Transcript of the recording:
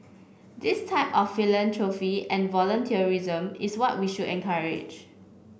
this type of philanthropy and volunteerism is what we should encourage